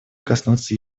коснуться